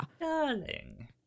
Darling